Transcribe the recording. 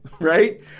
Right